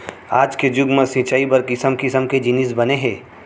आज के जुग म सिंचई बर किसम किसम के जिनिस बने हे